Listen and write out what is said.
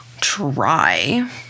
try